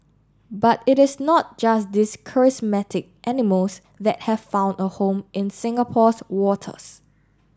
but it is not just these charismatic animals that have found a home in Singapore's waters